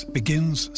begins